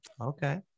Okay